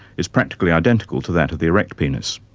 is practically identical to that of the erect penis.